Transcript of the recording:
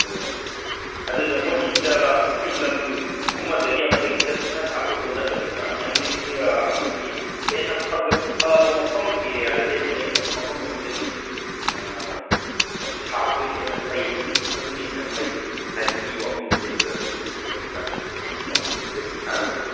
ꯑꯣ ꯑꯗꯨꯗ ꯃꯣꯏꯒꯤꯁꯤꯗ ꯑꯩꯈꯣꯏ ꯂꯝ ꯑꯃꯗꯒꯤ ꯑꯃꯗꯒꯤ ꯍꯦꯛꯇ ꯄꯪꯁꯥ ꯁꯥꯕꯗꯣ ꯅꯠꯇꯕꯤꯗ ꯌꯥꯝꯅ ꯑꯩꯈꯣꯏꯒꯤ ꯍꯦꯟꯅ ꯐꯕ ꯃꯐꯝ ꯑꯦꯔꯤꯌꯥꯒꯗꯤ ꯂꯩꯕ꯭ꯔꯥ ꯃꯐꯝ ꯑꯗꯨꯗꯒꯤ ꯁꯥꯕꯗꯨ ꯍꯦꯟꯅ ꯐꯩ ꯑꯗꯨꯅ ꯍꯦꯟꯅ ꯐꯩ ꯍꯥꯏꯕꯒꯤ ꯋꯥꯐꯝꯗꯤ ꯂꯩꯕ꯭ꯔꯥ ꯑꯗꯨꯒꯨꯝꯕꯒꯤ ꯀꯩꯅꯣꯗ ꯃꯐꯝꯗꯨꯗꯒꯤ ꯁꯥꯔꯛꯄꯗꯣ